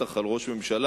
בטח על ראש ממשלה,